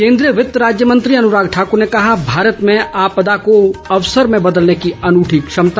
केंद्रीय वित्त राज्य मंत्री अनुराग ठाकुर ने कहा भारत में आपदा को अवसर में बदलने की अनूठी क्षमता